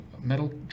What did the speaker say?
metal